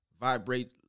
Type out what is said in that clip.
vibrate